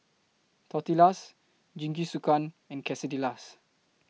Tortillas Jingisukan and Quesadillas